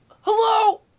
Hello